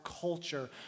culture